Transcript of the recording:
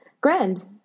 Grand